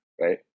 right